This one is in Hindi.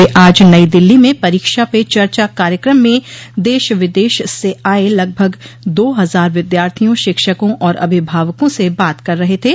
वे आज नई दिल्ली में परीक्षा पे चर्चा कार्यक्रम में देश विदेश से आये लगभग दो हजार विद्यार्थियों शिक्षकों और अभिभावकों से बात कर रहे थे